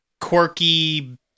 quirky